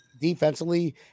Defensively